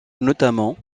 notamment